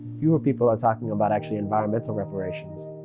fewer people are talking about actually environmental reparations,